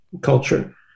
culture